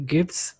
Gibbs